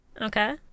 Okay